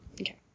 Okay